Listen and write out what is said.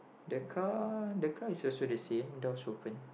the car the car is also the same door's open